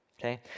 okay